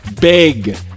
Big